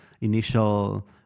initial